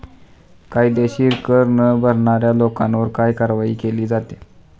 कायदेशीर कर न भरणाऱ्या लोकांवर काय कारवाई केली जाते?